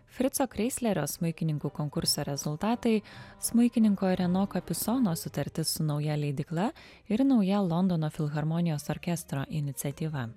frico kreislerio smuikininkų konkurso rezultatai smuikininko reno kapisonos sutartis su nauja leidykla ir nauja londono filharmonijos orkestro iniciatyva